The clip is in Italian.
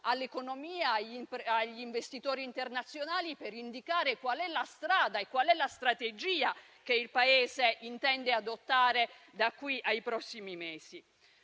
all'economia e agli investitori internazionali per indicare quali sono la strada e la strategia che il Paese intende adottare da qui ai prossimi mesi.